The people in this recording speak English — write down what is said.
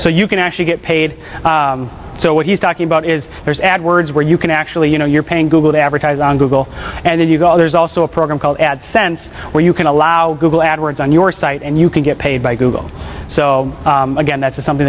so you can actually get paid so what he's talking about is there's ad words where you can actually you know you're paying google to advertise on google and then you go there's also a program called ad sense where you can allow google ad words on your site and you can get paid by google so again that's something